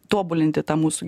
tobulinti tą mūsų